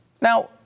Now